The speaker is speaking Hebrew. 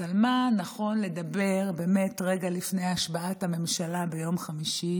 אז על מה נכון לדבר באמת רגע לפני השבעת הממשלה ביום חמישי